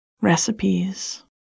recipes